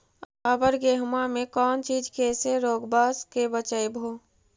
अबर गेहुमा मे कौन चीज के से रोग्बा के बचयभो?